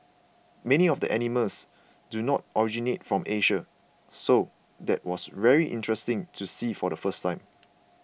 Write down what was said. many of the animals do not originate from Asia so that was very interesting to see for the first time